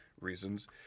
reasons